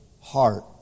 heart